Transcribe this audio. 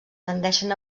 tendeixen